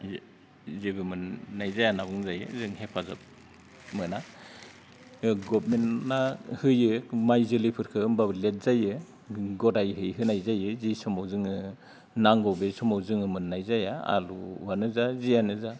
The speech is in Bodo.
जेबो मोननाय जाया होनना बुंजायो जों हेफाजाब मोना गभर्नमेन्टआ होयो माइ जोलैफोरखो होमब्लाबो लेट जायो गदाइयै होनाय जायो जि समाव जोङो नांगौ बे समाव जोङो मोननाय जाया आलुआनो जा जियानो जा